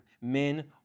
men